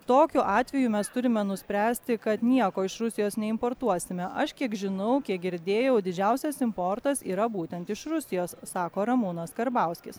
tokiu atveju mes turime nuspręsti kad nieko iš rusijos neimportuosime aš kiek žinau kiek girdėjau didžiausias importas yra būtent iš rusijos sako ramūnas karbauskis